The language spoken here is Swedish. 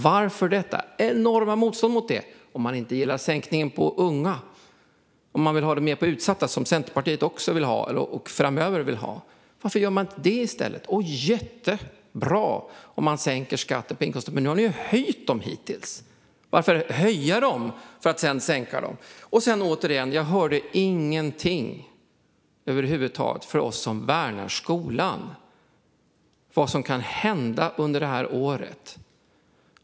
Varför detta enorma motstånd mot det? Om man inte gillar sänkningen för unga utan vill ha det mer för de utsatta, som Centerpartiet framöver vill ha, varför gör man inte det i stället? Det är jättebra om man sänker skatterna på inkomster. Men nu har ni hittills höjt dem. Varför höja dem för att sedan sänka dem? Sedan återigen: Jag hörde över huvud taget ingenting för oss som värnar skolan om vad som kan hända under året.